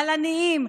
על עניים,